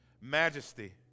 majesty